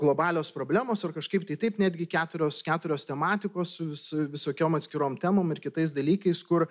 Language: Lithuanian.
globalios problemos ar kažkaip tai taip netgi keturios keturios tematikos su vis visokiom atskirom temom ir kitais dalykais kur